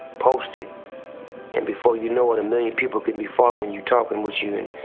post it and before you know it, a million people could be following you, talkin' with you, and